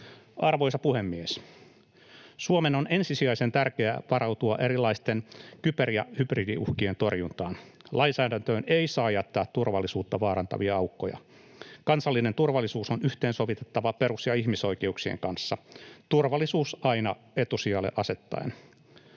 Arvoisa puhemies! Suomen on ensisijaisen tärkeää varautua erilaisten kyber- ja hybridiuhkien torjuntaan. Lainsäädäntöön ei saa jättää turvallisuutta vaarantavia aukkoja. Kansallinen turvallisuus on yhteensovitettava perus- ja ihmisoikeuksien kanssa — turvallisuus aina etusijalle asettaen.